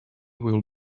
will